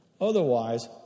Otherwise